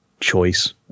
choice